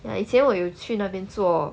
ah 以前我有去那边做